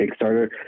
Kickstarter